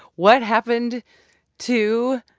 what happened to